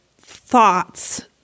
thoughts